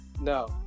No